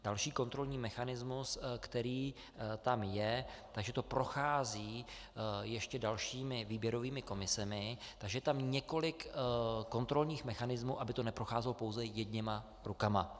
Další kontrolní mechanismus, který tam je, že to prochází ještě dalšími výběrovými komisemi, takže je tam několik kontrolních mechanismů, aby to neprocházelo pouze jedněma rukama.